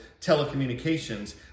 telecommunications